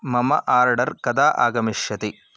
मम आर्डर् कदा आगमिष्यति